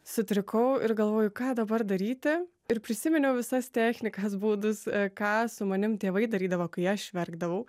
sutrikau ir galvoju ką dabar daryti ir prisiminiau visas technikas būdus ką su manim tėvai darydavo kai aš verkdavau